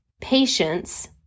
patience